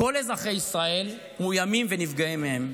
כל אזרחי ישראל מאוימים ונפגעים מהם.